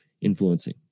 influencing